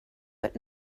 but